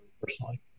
personally